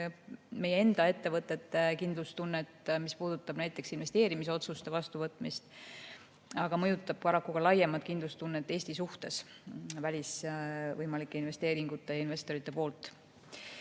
meie enda ettevõtete kindlustunnet, mis puudutab näiteks investeerimisotsuste vastuvõtmist, aga see mõjutab paraku ka laiemat kindlustunnet Eesti suhtes seoses võimalike välisinvesteeringutega välisinvestorite poolt.